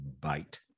Bite